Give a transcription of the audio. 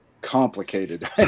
complicated